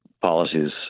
policies